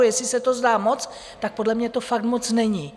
Jestli se to zdá moc, tak podle mě to fakt moc není.